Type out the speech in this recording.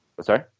Sorry